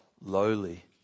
lowly